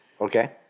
Okay